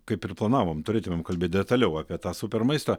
kaip ir planavom turėtumėm kalbėt detaliau apie tą super maistą